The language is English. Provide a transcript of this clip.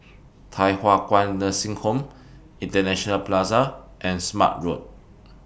Thye Hua Kwan Nursing Home International Plaza and Smart Road